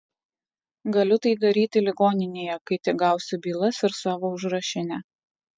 galiu tai daryti ligoninėje kai tik gausiu bylas ir savo užrašinę